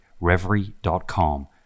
reverie.com